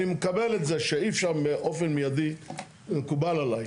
אני מקבל את זה שאי אפשר באופן מיידי, מקובל עליי.